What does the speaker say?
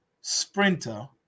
sprinter